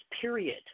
period